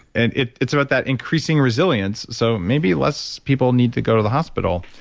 and it's it's about that increasing resilience so maybe less people need to go to the hospital.